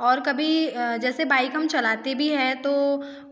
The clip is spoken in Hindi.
और कभी जैसे बाइक हम चलाते भी हैं तो